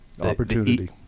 opportunity